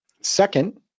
Second